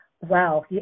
Wow